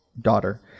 daughter